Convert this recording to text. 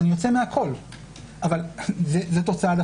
אז אני יוצא מהכול.